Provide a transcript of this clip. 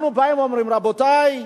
אנחנו באים ואומרים: רבותי,